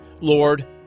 Lord